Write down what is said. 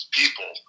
people